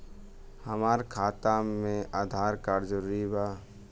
हमार खाता में आधार कार्ड जरूरी बा?